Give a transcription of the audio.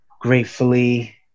gratefully